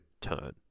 turn